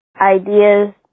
ideas